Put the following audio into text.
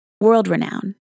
world-renowned